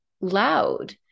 loud